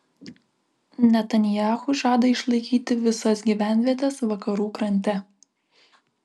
netanyahu žada išlaikyti visas gyvenvietes vakarų krante